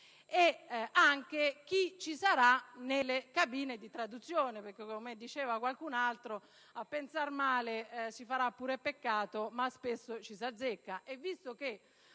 e chi ci sarà nelle cabine per le traduzioni. Come diceva qualcun altro, a pensar male si farà pure peccato, ma spesso ci si azzecca. Visto che